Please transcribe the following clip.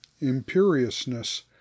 imperiousness